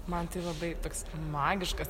man tai labai toks magiškas